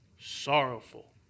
sorrowful